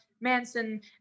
Manson